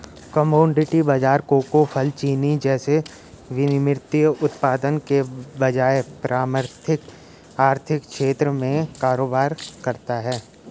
commodity बाजार cocoa, फल, चीनी जैसे विनिर्मित उत्पादों के बजाय प्राथमिक आर्थिक क्षेत्र में कारोबार करता है